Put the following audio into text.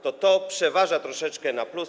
To przeważa troszeczkę na plus.